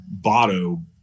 Botto